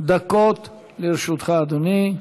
דקות לרשותך, אדוני.